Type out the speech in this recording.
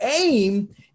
aim